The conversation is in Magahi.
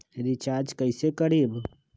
रिचाज कैसे करीब?